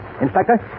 Inspector